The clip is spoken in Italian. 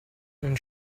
non